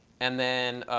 and then